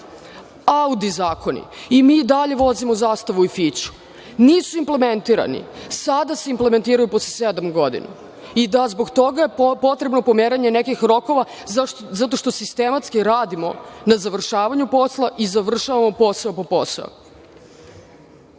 Audi zakoni, a mi i dalje vozimo Zastavu i Fiću, nisu implementirani. Sada se implementiraju posle sedam godina i da zbog toga je potrebno pomeranje nekih rokova, jer sistematski radimo na završavanju posla i završavamo posao po